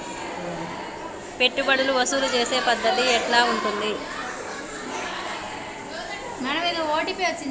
పెట్టుబడులు వసూలు చేసే పద్ధతి ఎట్లా ఉంటది?